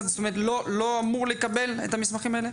זאת אומרת, המשרד לא אמור לקבל את המסמכים האלה?